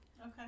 Okay